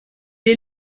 est